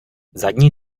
zadní